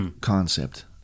concept